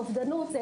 אובדנות,